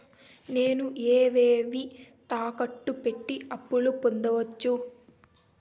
నేను ఏవేవి తాకట్టు పెట్టి అప్పు పొందవచ్చు?